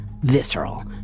visceral